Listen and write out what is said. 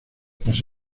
tras